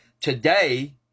today